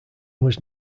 was